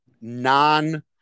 non